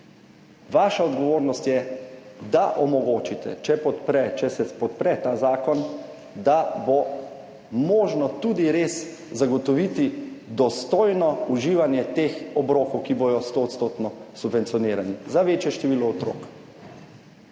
Vaša odgovornost je, da omogočite, če se podpre ta zakon, da bo možno tudi res zagotoviti dostojno uživanje teh obrokov, ki bodo stoodstotno subvencionirani za večje število otrok.